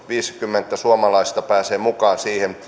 viisikymmentä suomalaista pääsee mukaan